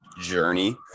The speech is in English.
journey